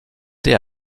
aider